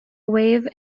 wave